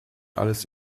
alles